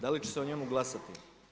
Da li će se o njemu glasati?